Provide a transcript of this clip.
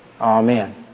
Amen